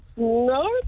No